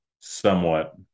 somewhat